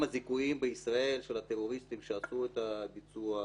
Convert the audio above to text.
זיכויים בישראל של הטרוריסטים שעשו את הביצוע.